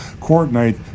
coordinate